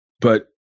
But-